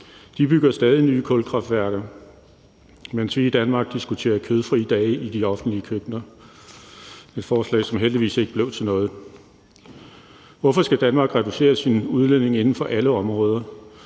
bygger stadig nye kulkraftværker, mens vi i Danmark diskuterer kødfrie dage i de offentlige køkkener – et forslag, som heldigvis ikke blev til noget. Hvorfor skal Danmark reducere sin udledning inden for alle områder?